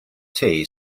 tea